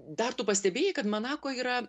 dar tu pastebėjai kad manako yra